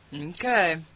Okay